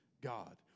God